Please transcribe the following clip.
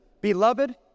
beloved